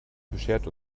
beschert